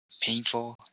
painful